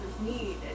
need